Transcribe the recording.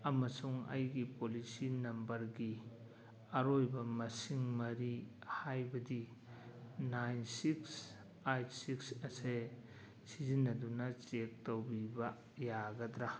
ꯑꯃꯁꯨꯡ ꯑꯩꯒꯤ ꯄꯣꯂꯤꯁꯤ ꯃꯦꯝꯕꯔꯒꯤ ꯑꯔꯣꯏꯕ ꯃꯁꯤꯡ ꯃꯔꯤ ꯍꯥꯏꯕꯗꯤ ꯅꯥꯏꯟ ꯁꯤꯛꯁ ꯑꯩꯠ ꯁꯤꯛꯁ ꯑꯁꯦ ꯁꯤꯖꯤꯟꯅꯗꯨꯅ ꯆꯦꯛ ꯇꯧꯕꯤꯕ ꯌꯥꯒꯗ꯭ꯔꯥ